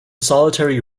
solitary